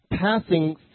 passing